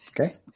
Okay